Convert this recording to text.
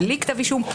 בלי כתב אישום,